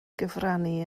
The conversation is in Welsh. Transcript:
gyfrannu